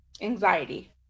anxiety